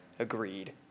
Agreed